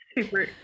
Super